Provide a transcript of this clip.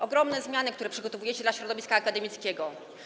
To ogromne zmiany, które przygotowujecie dla środowiska akademickiego.